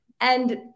and-